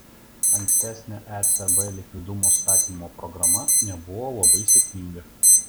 ankstesnė ecb likvidumo skatinimo programa nebuvo labai sėkminga